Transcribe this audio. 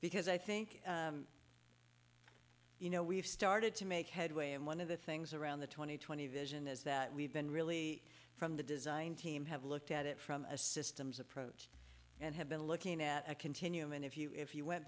because i think you know we've started to make headway and one of the things around the twenty twenty vision is that we've been really from the design team have looked at it from a systems approach and have been looking at a continuum and if you if you went